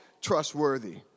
trustworthy